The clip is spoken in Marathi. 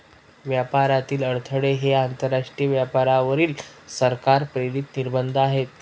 व्यापारातील अडथळे हे आंतरराष्ट्रीय व्यापारावरील सरकार प्रेरित निर्बंध आहेत